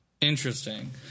interesting